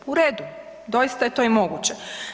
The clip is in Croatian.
U redu, doista je to i moguće.